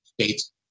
States